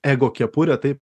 ego kepurę tai